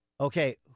okay